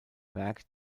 werk